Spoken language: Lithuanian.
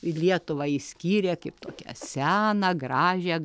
ir lietuvą išskyrė kaip tokią seną gražią